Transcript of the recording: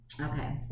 Okay